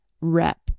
rep